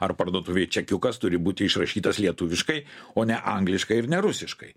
ar parduotuvėj čekiukas turi būti išrašytas lietuviškai o ne angliškai ir ne rusiškai